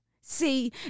See